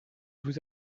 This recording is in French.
vous